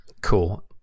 Cool